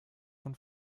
von